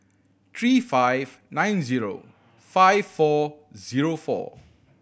three five nine zero five four zero four